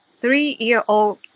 three-year-old